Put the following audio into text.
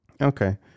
Okay